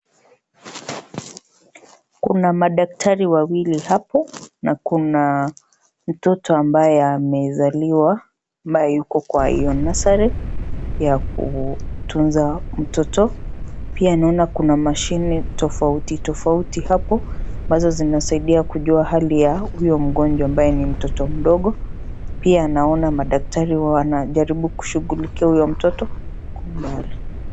Kuna madaktari wawili hapo na kuna mtoto ambaye amezaliwa na yuko kwa hiyo nursery ya kutunza mtoto. Pia naona kuna mashine tofauti tofauti hapo, ambazo zinasaidia kujua hali ya huyo mgonjwa ambaye ni mtoto mdogo. Pia naona madaktari wanajaribu kumshugulikia huyo mtoto kwa umbali.